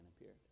appear